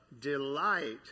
delight